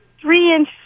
three-inch